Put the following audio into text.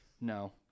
no